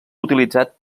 utilitzat